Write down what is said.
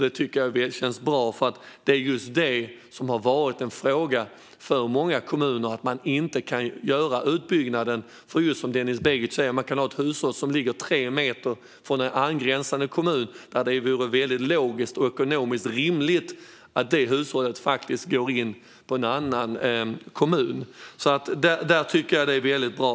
Det tycker jag känns bra, för just detta har varit en fråga för många kommuner när det gäller att inte kunna göra utbyggnaden. Som Denis Begic sa kan man nämligen ha ett hushåll som ligger tre meter från en angränsande kommun och där det vore logiskt och ekonomiskt rimligt att det hushållet ingick i den andra kommunen. Det tycker jag alltså är väldigt bra.